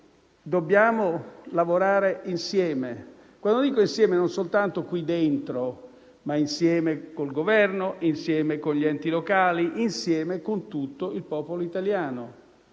dobbiamo lavorare insieme, e quando dico insieme non intendo soltanto qui dentro, ma insieme con il Governo, con gli enti locali, con tutto il popolo italiano.